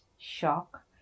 Shock